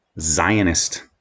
Zionist